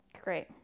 Great